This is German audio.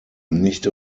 nicht